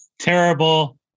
terrible